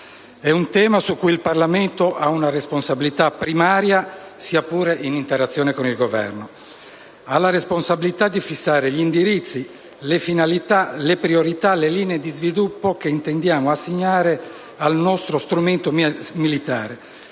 È un tema su cui il Parlamento ha una responsabilità primaria, sia pure in interazione con il Governo: ha la responsabilità di fissare gli indirizzi, le finalità, le priorità, le linee di sviluppo che intendiamo assegnare al nostro strumento militare,